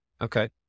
Okay